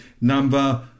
number